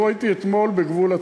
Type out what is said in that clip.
תראו, הייתי אתמול בגבול הצפון.